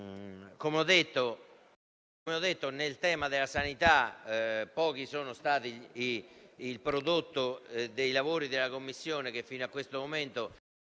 Come ho detto, sul tema della sanità poco è stato prodotto dai lavori della Commissione che fino a questo momento